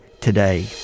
today